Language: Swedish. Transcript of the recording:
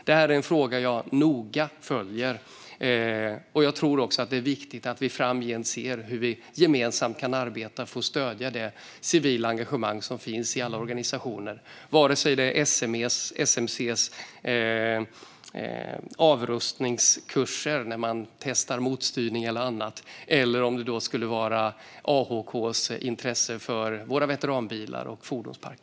Det här är en fråga jag noga följer, och jag tror att det är viktigt att vi framgent ser på hur vi gemensamt kan arbeta för att stödja det civila engagemang som finns i alla organisationer, vare sig det är fråga om SMC:s avrostningskurser när man testar motstyrning eller annat eller om det skulle vara fråga om AHK:s intresse för våra veteranbilar och vår fordonspark.